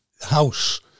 house